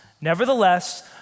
Nevertheless